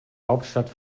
hauptstadt